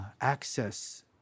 access